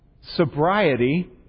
sobriety